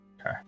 Okay